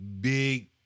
big